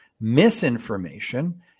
Misinformation